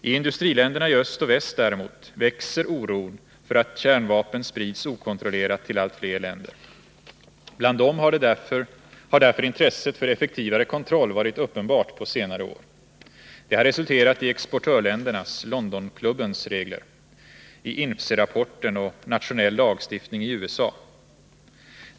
I industriländerna i öst och väst växer däremot oron för att kärnvapnen sprids okontrollerat till allt fler länder. Bland dem har därför intresset för effektivare kontroll varit uppenbart på senare år. Det har resulterat i exportörländernas — Londonklubbens — regler, INFCE rapporten och nationell lagstiftning i USA.